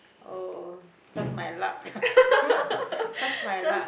oh just my luck just my luck